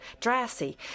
Dressy